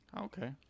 okay